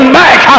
back